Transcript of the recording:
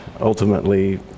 ultimately